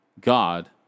God